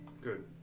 good